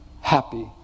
happy